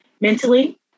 mentally